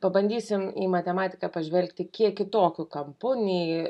pabandysim į matematiką pažvelgti kiek kitokiu kampu nei